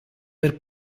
per